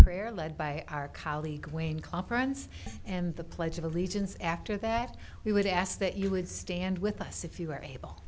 prayer led by our colleague wayne conference and the pledge of allegiance after that we would ask that you would stand with us if you are